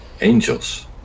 Angels